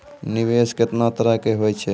निवेश केतना तरह के होय छै?